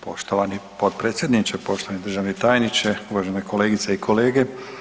Poštovani potpredsjedniče, poštovani državni tajniče, uvažene kolegice i kolege.